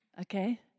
Okay